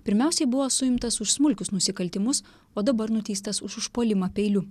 pirmiausiai buvo suimtas už smulkius nusikaltimus o dabar nuteistas už užpuolimą peiliu